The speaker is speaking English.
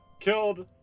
killed